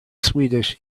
swedish